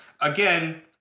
Again